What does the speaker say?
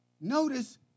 notice